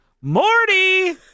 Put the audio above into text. morty